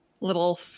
little